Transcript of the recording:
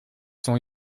sont